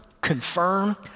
confirm